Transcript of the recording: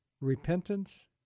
repentance